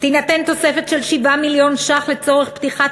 תינתן תוספת של 7 מיליון ש"ח לצורך פתיחת